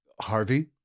Harvey